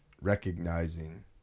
recognizing